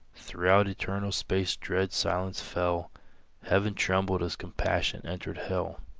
throughout eternal space dread silence fell heaven trembled as compassion entered hell.